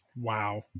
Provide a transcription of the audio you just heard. Wow